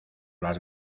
las